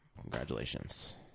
congratulations